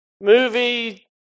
movie